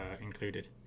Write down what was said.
included